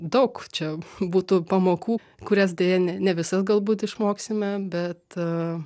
daug čia būtų pamokų kurias deja ne ne visas galbūt išmoksime bet